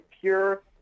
pure